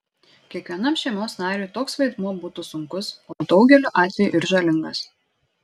kiekvienam šeimos nariui toks vaidmuo būtų sunkus o daugeliu atvejų ir žalingas